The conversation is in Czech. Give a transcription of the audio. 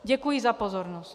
Děkuji za pozornost.